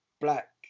black